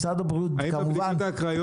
האם בבדיקות האקראיות